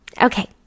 okay